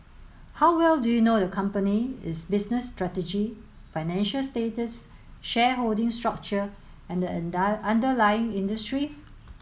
how well do you know the company its business strategy financial status shareholding structure and underlying industry